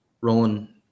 rolling